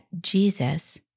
Jesus